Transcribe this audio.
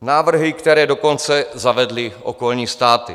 Návrhy, které dokonce zavedly okolní státy.